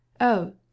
Oh